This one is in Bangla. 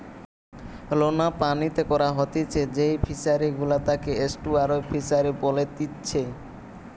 লোনা পানিতে করা হতিছে যেই ফিশারি গুলা তাকে এস্টুয়ারই ফিসারী বলেতিচ্ছে